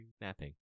Napping